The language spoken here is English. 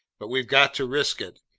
but we've got to risk it.